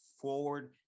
forward